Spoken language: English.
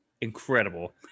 Incredible